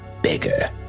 bigger